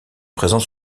présents